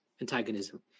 antagonism